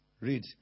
read